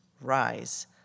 Rise